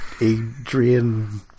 Adrian